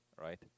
Right